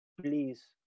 please